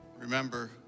remember